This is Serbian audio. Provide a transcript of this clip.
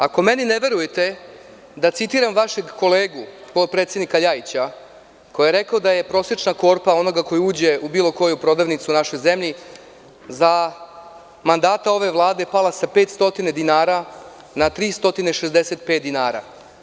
Ako meni ne verujete, da citiram vašeg kolegu potpredsednika Ljajića, koji je rekao da je prosečna korpa onoga koji uđe u bilo koju prodavnicu u našoj zemlji za mandata ove Vlade pala sa 500 dinara na 354 dinara.